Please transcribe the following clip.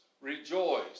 Rejoice